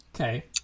Okay